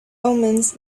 omens